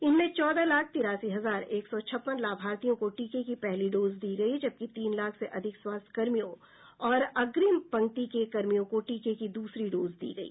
इनमें चौदह लाख तिरासी हजार एक सौ छप्पन लाभार्थियों को टीके की पहली डोज दी गई जबकि तीन लाख से अधिक स्वास्थ्य कर्मियों और अग्निम पंक्ति के कार्मिकों को टीके की दूसरी डोज दी गई